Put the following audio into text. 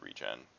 regen